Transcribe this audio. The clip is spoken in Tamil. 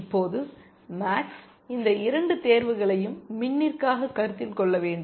இப்போது மேக்ஸ் இந்த இரண்டு தேர்வுகளையும் மின்னிற்காக கருத்தில் கொள்ள வேண்டும்